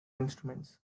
instruments